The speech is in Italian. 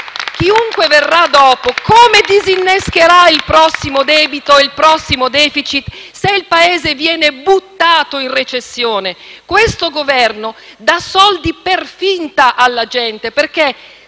chiunque verrà dopo come disinnescherà il prossimo debito e il prossimo *deficit* se il Paese viene buttato in recessione? Questo Governo dà soldi per finta alla gente perché,